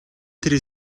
тэр